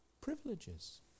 privileges